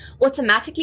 automatically